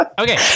Okay